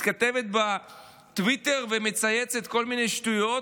מתכתבת בטוויטר ומצייצת כל מיני שטויות